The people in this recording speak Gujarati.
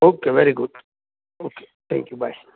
okay very good okay thank you by